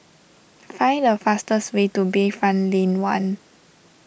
find the fastest way to Bayfront Lane one